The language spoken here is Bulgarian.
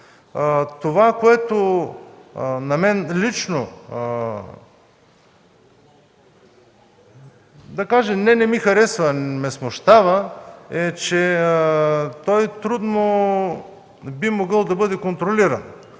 обществото. На мен лично не че не ми харесва, но ме смущава, че той трудно би могъл да бъде контролиран.